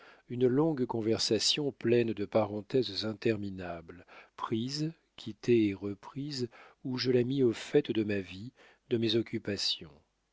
une longue conversation pleine de parenthèses interminables prise quittée et reprise où je la mis au fait de ma vie de mes occupations